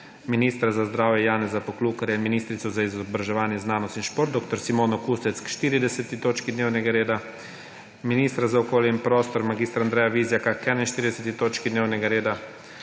ministra za zdravje Janeza Poklukarja in ministrico za izobraževanje, znanost in šport dr. Simono Kustec k 40. točki dnevnega reda, ministra za okolje in prostor mag. Andreja Vizjaka k 41. točki dnevnega reda,